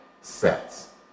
sets